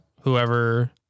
Whoever